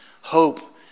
Hope